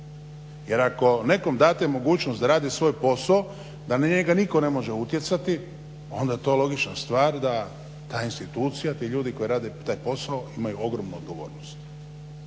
Jer ako nekom date mogućnost da radi svoj posao, da na njega nitko ne može utjecati onda je to logična stvar da ta institucija, ti ljudi koji rade taj posao imaju ogromnu odgovornost.